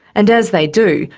and as they do,